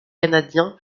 canadien